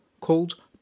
called